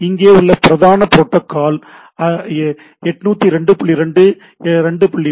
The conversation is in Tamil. இங்கே உள்ள பிரதான புரோட்டோக்கால் ஐஇஇஇ 802